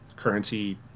currency